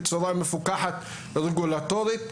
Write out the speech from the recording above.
בצורה מפוקחת רגולטורית,